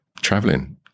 traveling